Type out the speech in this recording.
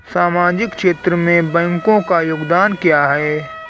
सामाजिक क्षेत्र में बैंकों का योगदान क्या है?